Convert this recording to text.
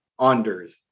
unders